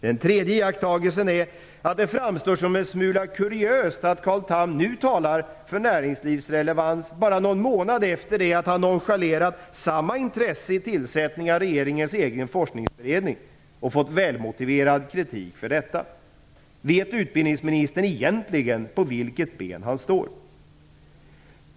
Den tredje iakttagelsen är att det framstår som en smula kuriöst att Carl Tham nu talar för näringsrelevans bara någon månad efter det att han nonchalerat samma intresse vid tillsättning av regeringens egen forskningsberedning och fått välmotiverad kritik för detta. Vet utbildningsministern egentligen på vilket ben han står?